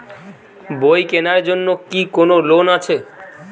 বই কেনার জন্য কি কোন লোন আছে?